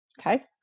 okay